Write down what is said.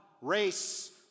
race